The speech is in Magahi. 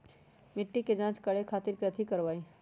मिट्टी के जाँच करे खातिर कैथी करवाई?